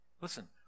Listen